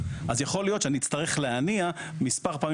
יכול להיות שאני אצטרך להניע מספר פעמים